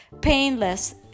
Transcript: painless